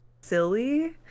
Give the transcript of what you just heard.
silly